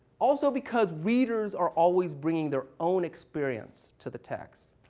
also because readers are always bringing their own experience to the text.